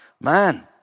man